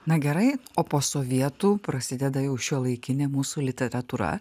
na gerai o po sovietų prasideda jau šiuolaikinė mūsų literatūra